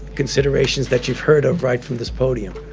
considerations that you've heard of right from this podium.